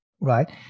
right